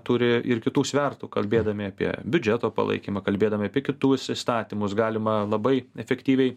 turi ir kitų svertų kalbėdami apie biudžeto palaikymą kalbėdami apie kitus įstatymus galima labai efektyviai